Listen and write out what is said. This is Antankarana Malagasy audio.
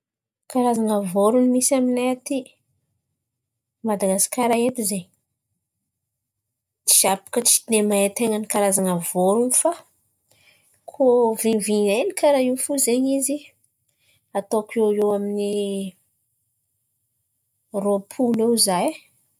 Karazan̈a vôron̈o misy aminay aty, Madagasikara eto zen̈y, za baka tsy ten̈a ny mahay karazan̈a vôron̈o fa koa vinavinain̈y karà io fo zen̈y izy ataoko iô iô amin'ny rô-polo iô ho za e.